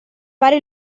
fare